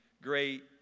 great